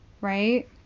right